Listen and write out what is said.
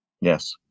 Yes